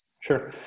Sure